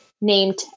named